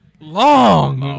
long